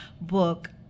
book